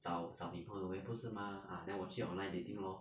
找找女朋友 meh 不是吗 ah then 我去 online dating lor